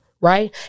right